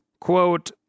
quote